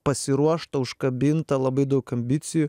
pasiruošta užkabinta labai daug ambicijų